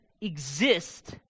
exist